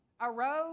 Arose